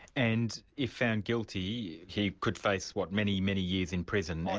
and if found guilty, he could face, what? many, many years in prison?